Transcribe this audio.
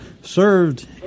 served